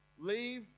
Leave